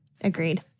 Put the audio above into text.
Agreed